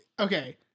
Okay